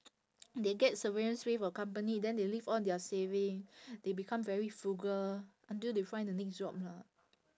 they get severance pay from company then they live on their saving they become very frugal until they find the next job lah